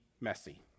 messy